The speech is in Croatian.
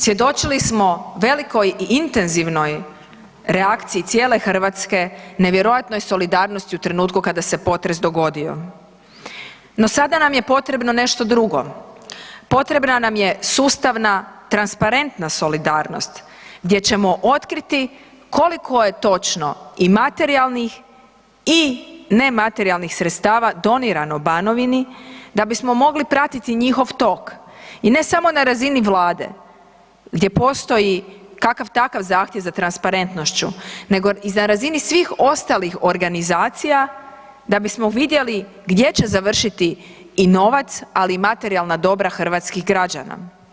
Svjedočili smo velikoj i intenzivnoj reakciji cijele Hrvatske nevjerojatnoj solidarnosti u trenutku kada se potres dogodio no sada nam je potrebno nešto drugo, potrebna nam je sustavna transparentna solidarnost gdje ćemo otkriti koliko je točno i materijalnih i nematerijalnih sredstava doniranih Banovini da bismo mogli pratiti njihov tok i ne samo na razini Vlade gdje postoji kakav-takav zahtjev za transparentnošću, nego i na razini svih ostalih organizacija da bismo vidjeli gdje će završiti i novac ali i materijalna dobra hrvatskih građana.